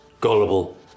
gullible